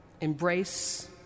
embrace